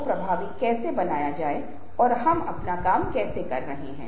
तो यह वास्तव में बहुत महत्वपूर्ण है